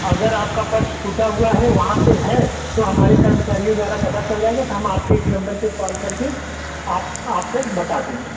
अगर आपका पर्स छूटा हुआ है वहाँ पे है तो हमारे कर्मचारियों द्वारा पता चल जाएगा तो हम आपके इस नंबर पे कॉल करके आप आपको बता देंगे